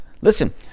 listen